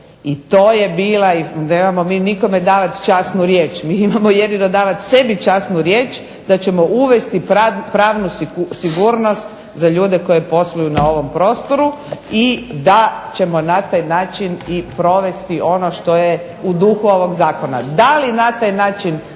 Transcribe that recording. i to je bila i nemamo mi nikome davat časnu riječ. Mi imamo jedino davat sebi časnu riječ da ćemo uvesti pravnu sigurnost za ljude koji posluju na ovom prostoru i da ćemo na taj način i provesti ono što je u duhu ovog zakona.